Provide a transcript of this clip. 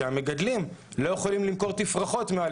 שהמגדלים לא יכולים למכור תפרחות מעל